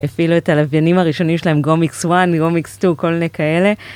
אפילו את הלוויינים הראשונים שלהם, גומיקס 1, גומיקס 2, כל מיני כאלה.